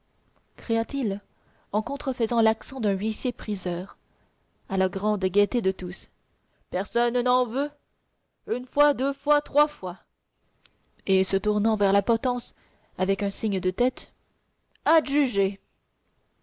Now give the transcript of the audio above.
cria-t-il en contrefaisant l'accent d'un huissier priseur à la grande gaieté de tous personne n'en veut une fois deux fois trois fois et se tournant vers la potence avec un signe de tête adjugé